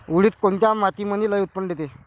उडीद कोन्या मातीमंदी लई उत्पन्न देते?